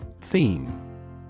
Theme